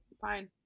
fine